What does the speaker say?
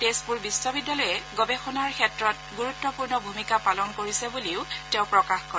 তেজপুৰ বিশ্ববিদ্যালয়ে গৱেষণাৰ ক্ষেত্ৰত গুৰুত্বপূৰ্ণ ভূমিকা পালন কৰিছে বুলিও তেওঁ প্ৰকাশ কৰে